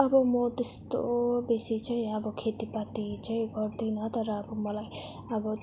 अब म त्यस्तो बेसी चाहिँ अब खेतीपाती चाहिँ गर्दिनँ तर अब मलाई अब